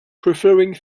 preferring